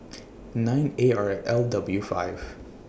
nine A R L W five